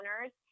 owners